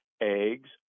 eggs